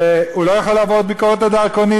והוא לא יכול לעבור את ביקורת הדרכונים: